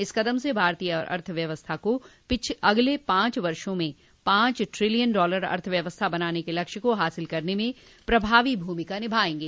इस क़दम से भारतीय अर्थव्यवस्था को अगले पांच वर्षो में पांच ट्रिलियन डॉलर अर्थव्यवस्था बनाने के लक्ष्य को हासिल करने में प्रभावी भूमिका निभायें गे